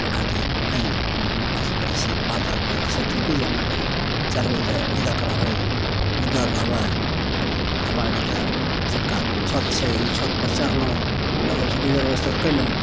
ओहि खातिर नहि अथी करै छिए पहाड़ तहाड़पर छै थोड़के जे चढ़बै तऽ निधक रहबै निडर रहबै हमरा आओरके तऽ छोटका छत छै ओ छतपर चढ़लहुँ लऽ कऽ ओहिमेसे गुजर बसर कएलहुँ